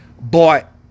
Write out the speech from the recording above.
bought